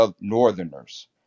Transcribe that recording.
northerners